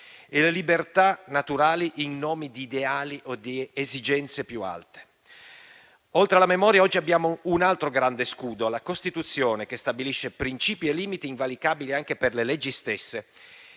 e le libertà naturali in nome di ideali o di esigenze più alte. Oltre alla memoria, oggi abbiamo un altro grande scudo, la Costituzione, che stabilisce principi e limiti invalicabili anche per le leggi stesse.